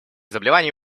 заболеваний